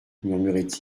murmurait